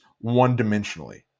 one-dimensionally